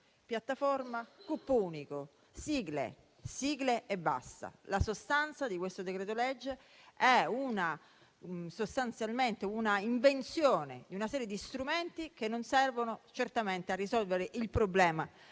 piattaforma, CUP unico, sigle e basta. La sostanza di questo decreto-legge è l'invenzione di una serie di strumenti che non servono certamente a risolvere il problema